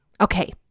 Okay